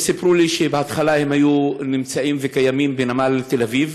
הם סיפרו לי שבהתחלה הם היו נמצאים וקיימים בנמל תל אביב,